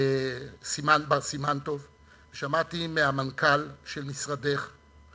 בר סימן טוב, שמעתי מהמנכ"ל של משרדך,